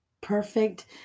perfect